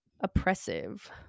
oppressive